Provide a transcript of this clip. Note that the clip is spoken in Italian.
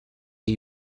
gli